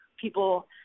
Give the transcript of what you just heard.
people